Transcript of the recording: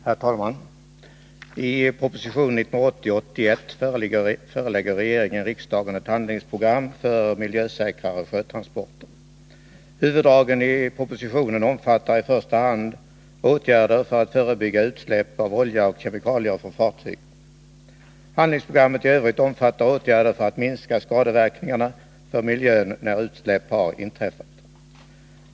Herr talman! I proposition 1980/81:119 förelägger regeringen riksdagen ett handlingsprogram för miljösäkrare sjötransporter. Huvuddragen i propositionen omfattar i första hand åtgärder för att förebygga utsläpp av olja och kemikalier från fartyg. Handlingsprogrammet i övrigt omfattar åtgärder för att minska skadeverkningarna för miljön, när utsläpp har inträffat.